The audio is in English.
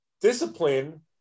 discipline